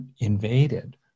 invaded